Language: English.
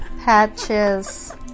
Patches